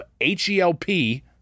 H-E-L-P